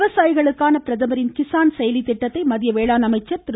விவசாயிகளுக்கான பிரதமரின் கிஸான் செயலி திட்டத்தை மத்திய வேளாண் அமைச்சர் திரு